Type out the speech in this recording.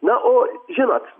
na o žinot